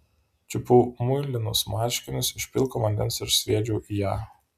čiupau muilinus marškinius iš pilko vandens ir sviedžiau į ją